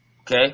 Okay